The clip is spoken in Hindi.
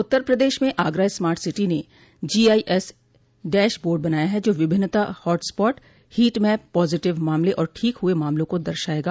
उत्तर प्रदेश में आगरा स्मार्ट सिटी ने G I S dashboard बनाया है जो विभिन्ना hotspot heat map positive मामले और ठीक हुए मामलों को दर्शाएगा